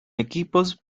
equipos